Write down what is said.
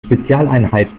spezialeinheit